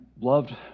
loved